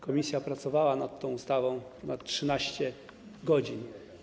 Komisja pracowała nad tą ustawą ponad 13 godzin.